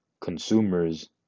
consumers